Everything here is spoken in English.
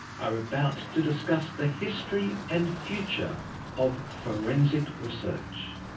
are about to discuss the history and future of forensic research.